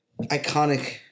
iconic